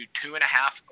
two-and-a-half